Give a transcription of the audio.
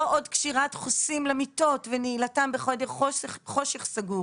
לא עוד קשירת חוסים למיטות ונעילתם בחדר חושך סגור.